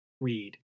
Read